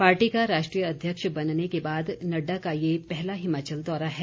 party का राष्ट्रीय अध्यक्ष बनने के बाद नड्डा का यह पहला हिमाचल दौरा है